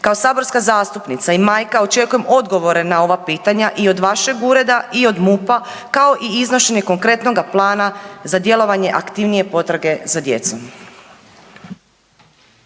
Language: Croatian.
Kao saborska zastupnica i majka očekujem odgovore na ova pitanja i od vašeg ureda i od MUP-a kao i iznošenje konkretnoga plana za djelovanje aktivnije potrage za djecom.